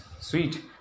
sweet